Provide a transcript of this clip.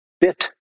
bit